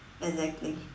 exactly